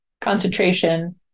concentration